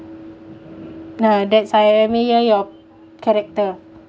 no that's I admire your character